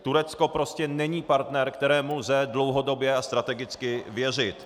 Turecko prostě není partner, kterému lze dlouhodobě a strategicky věřit.